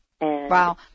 Wow